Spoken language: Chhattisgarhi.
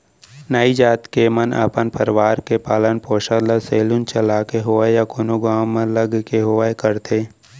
नाई जात के मन अपन परवार के पालन पोसन ल सेलून चलाके होवय या कोनो गाँव म लग के होवय करथे